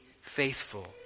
faithful